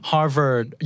Harvard